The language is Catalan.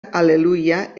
al·leluia